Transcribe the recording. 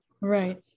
Right